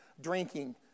drinking